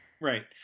Right